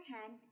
hand